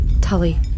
Tully